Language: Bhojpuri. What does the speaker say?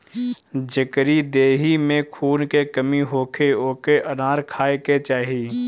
जेकरी देहि में खून के कमी होखे ओके अनार खाए के चाही